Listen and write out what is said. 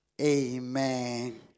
Amen